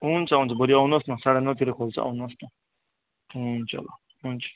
हुन्छ हुन्छ भोलि आउनुहोस् न साँढे नौतिर खोल्छ आउनुहोस् न हुन्छ ल हुन्छ